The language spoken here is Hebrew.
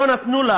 לא נתנו לה